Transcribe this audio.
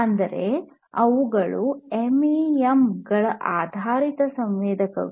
ಅಂದರೆ ಅವುಗಳು ಎಂಈಎಂ ಗಳ ಆಧಾರಿತ ಸಂವೇದಕಗಳು